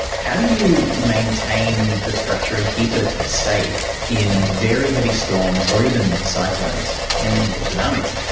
how do you maintain the structure and keep it safe in very heavy storms or even cyclones or tsunamis?